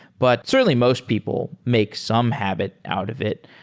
but certainly most people make some habit out of it.